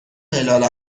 هلال